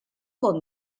bon